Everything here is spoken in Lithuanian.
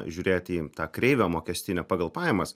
žiūrėti į tą kreivę mokestinę pagal pajamas